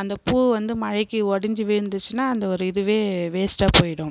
அந்தப்பூ வந்து மழைக்கு ஒடிஞ்சு விழுந்துச்சுனால் அந்த ஒரு இதுவே வேஸ்ட்டாக போய்டும்